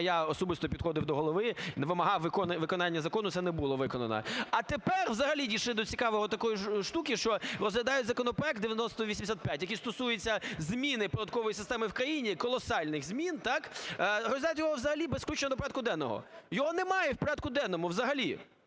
я особисто підходив до Голови і вимагав виконання закону. Це не було виконано. А тепер взагалі дійшли до цікавого – такої штуки, що розглядають законопроект 9085, який стосується зміни податкової системи в країні, колосальних змін – так? – розглядають його взагалі без включення до порядку денного. Його немає в порядку денному взагалі.